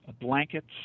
blankets